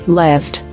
left